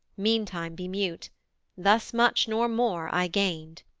meantime be mute thus much, nor more i gained